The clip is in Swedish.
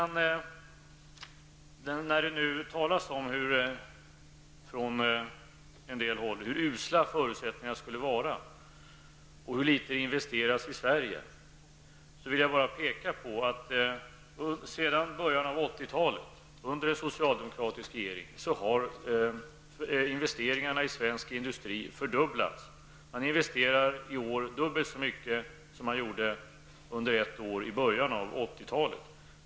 När det nu talas från vissa håll om hur usla förutsättningarna är och hur litet det investeras i Sverige, vill jag peka på att sedan början av 80 talet, under en socialdemokratisk regering, har investeringarna i svensk industri fördubblats. I år investeras det dubbelt så mycket som under ett år i början av 80-talet.